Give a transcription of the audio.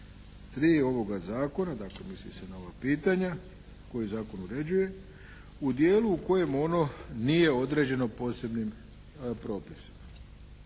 3. ovoga Zakona, dakle misli se na ova pitanja koja zakon uređuje u dijelu u kojemu ono nije određeno posebnim propisima.